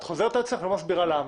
את חוזרת על עצמך ולא מסבירה למה.